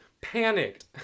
panicked